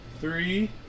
three